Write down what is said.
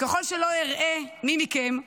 ככל שלא אראה מי מכם,